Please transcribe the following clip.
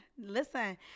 Listen